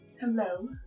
Hello